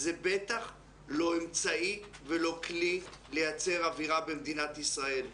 זה בטח לא אמצעי ולא כלי לייצר אווירה במדינת ישראל.